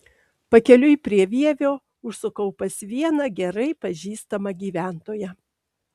pakeliui prie vievio užsukau pas vieną gerai pažįstamą gyventoją